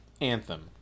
Anthem